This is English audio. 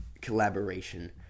collaboration